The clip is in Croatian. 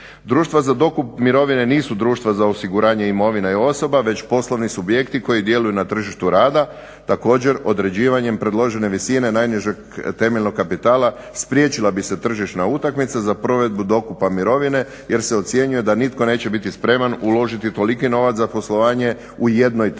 Društva za dokup mirovine nisu društva za osiguranje imovine i osoba, već poslovni subjekti koji djeluju na tržištu rada. Također, određivanje predložene visine najnižeg temeljnog kapitala spriječila bi se tržišna utakmica za provedbu dokupa mirovine, jer se ocjenjuje da nitko neće biti spreman uložiti toliki novac za poslovanje u jednoj tržišnoj